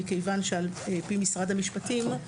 מכיוון שעל פי משרד המשפטים,